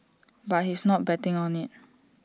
but he's not betting on IT